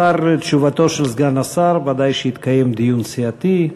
לאחר תשובתו של סגן השר בוודאי שיתקיים דיון סיעתי.